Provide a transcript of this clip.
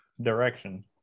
direction